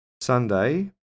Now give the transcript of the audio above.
Sunday